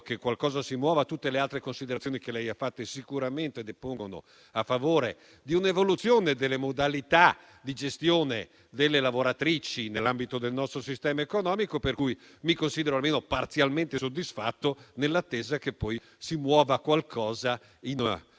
che qualcosa si muova. Tutte le altre considerazioni che lei ha fatto sicuramente depongono a favore di un'evoluzione delle modalità di gestione delle lavoratrici nell'ambito del nostro sistema economico, ragion per cui mi considero almeno parzialmente soddisfatto, nell'attesa che si muova qualcosa nella